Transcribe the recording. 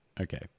okay